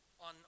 On